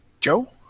Joe